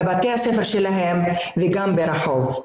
בבתי הספר שלהם וגם ברחוב.